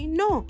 no